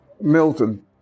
Milton